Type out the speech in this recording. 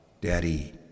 Daddy